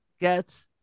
get